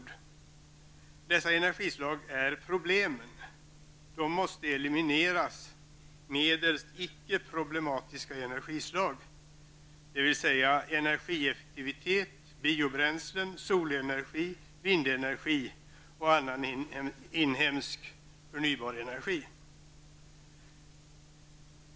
Dessa energislag är problemen, de måste elimineras medelst icke problematiska energislag, dvs. energieffektivitet, biobränslen, solenergi, vindenergi och annan inhemsk, förnybar energi.